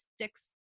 six